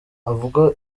avuga